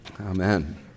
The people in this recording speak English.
Amen